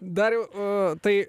dariau o tai